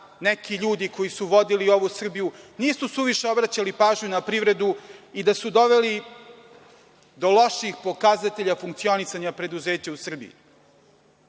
neki ljudi koji su vodili ovu Srbiju nisu suviše obraćali pažnju na privredu i da su doveli do loših pokazatelja funkcionisanja preduzeća u